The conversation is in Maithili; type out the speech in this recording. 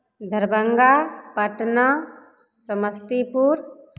दरभंगा पटना समस्तीपुर